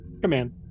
Command